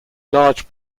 large